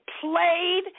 played